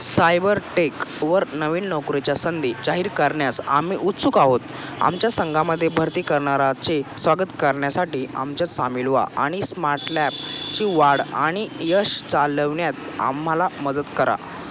cyber टेकवर नवीन नोकरीच्या संंधी जाहीर करण्यास आम्ही उत्सुक आहोत आमच्या संघामध्ये भरती करणाऱ्याचे स्वागत करण्यासाठी आमच्यात सामील व्हा आणि स्मार्ट लॅब ची वाढ आणि यश चालवण्यात आम्हाला मदत करा